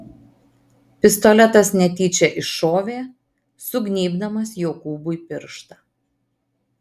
pistoletas netyčia iššovė sugnybdamas jokūbui pirštą